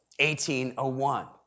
1801